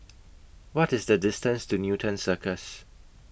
What IS The distance to Newton Cirus